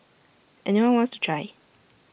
any one wants to try